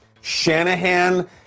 Shanahan